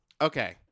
Okay